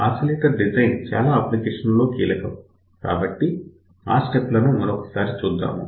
oscillator design చాలా applications లో కీలకం కాబట్టి ఆ స్టెప్ లను మరొకసారి చూద్దాం